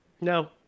No